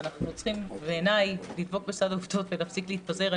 ואנחנו צריכים בעיני לדבוק בסד העובדות ולהפסיק להתפזר.